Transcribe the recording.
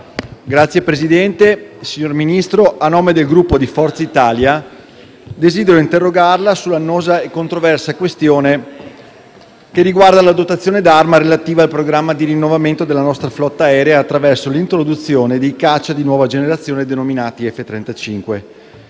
Signor Presidente, signor Ministro, a nome del gruppo di Forza Italia, desidero interrogarla sull'annosa e controversa questione che riguarda la dotazione d'arma relativa al programma di rinnovamento della nostra flotta aerea attraverso l'introduzione di caccia di nuova generazione, denominati F-35.